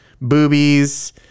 boobies